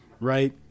Right